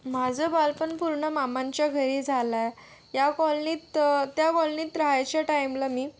माझं बालपण पूर्ण मामांच्या घरी झालं आहे या कॉलनीत त्या कॉलनीत राहायच्या टाईमला मी